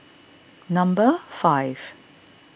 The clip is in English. number five